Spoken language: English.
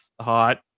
hot